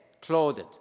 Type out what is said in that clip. clothed